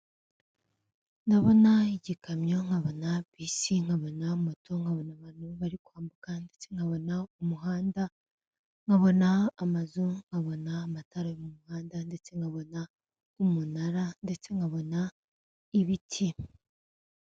Ndabona igikamyo, nkabona bisi nkabana moto, nkabona abantu bari kwambuka, ndetse nkabona umuhanda, nkabona amazu, nkabona amatara yo mu muhanda, ndetse nkabona n'umunara, ndetse nkabona ibiki.